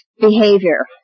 behavior